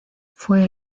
fue